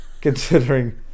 Considering